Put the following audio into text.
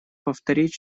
повторить